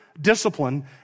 discipline